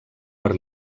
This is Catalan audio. per